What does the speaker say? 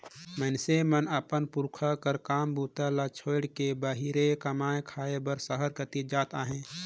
मइनसे मन अपन पुरखा कर काम बूता ल छोएड़ के बाहिरे कमाए खाए बर सहर कती जात अहे